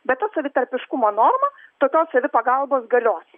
bet ta savitarpiškumo norma tokios savipagalbos galios